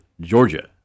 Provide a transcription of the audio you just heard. Georgia